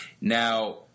Now